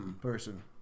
person